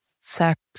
sex